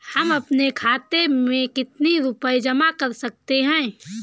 हम अपने खाते में कितनी रूपए जमा कर सकते हैं?